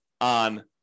on